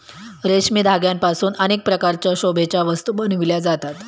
रेशमी धाग्यांपासून अनेक प्रकारच्या शोभेच्या वस्तू बनविल्या जातात